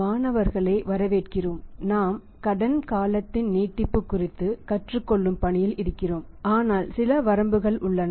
மாணவர்களை வரவேற்கிறோம் நாம் கடன் காலத்தின் நீட்டிப்பு குறித்து கற்றுக் கொள்ளும் பணியில் இருக்கிறோம் ஆனால் சில வரம்புகள் உள்ளன